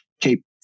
keep